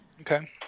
Okay